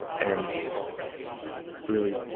and really,